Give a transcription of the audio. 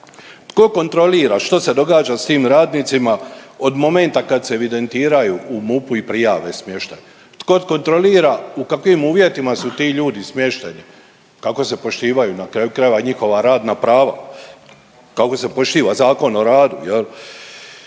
tko kontrolira što se događa s tim radnicima od momenta kad se evidentiraju u MUP-u i prijave smještaj, tko kontrolira u kakvim uvjetima su ti ljudi smješteni, kako se poštivaju na kraju krajeva i njihova radna prava, kako se poštiva Zakon o radu